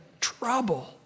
trouble